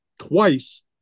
twice